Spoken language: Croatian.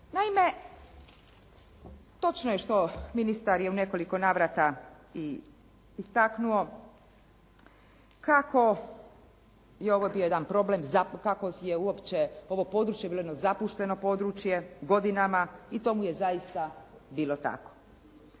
Naime, točno je što ministar u nekoliko navrata i istaknuo kako je ovo bio jedan problem, kako je uopće ovo područje bilo jedno zapušteno područje godinama i tomu je zaista bilo tako.